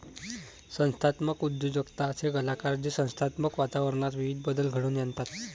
संस्थात्मक उद्योजकता असे कलाकार जे संस्थात्मक वातावरणात विविध बदल घडवून आणतात